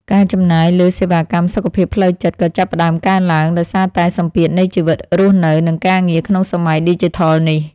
ការចំណាយលើសេវាកម្មសុខភាពផ្លូវចិត្តក៏ចាប់ផ្ដើមកើនឡើងដោយសារតែសម្ពាធនៃជីវិតរស់នៅនិងការងារក្នុងសម័យឌីជីថលនេះ។